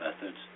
methods